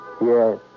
Yes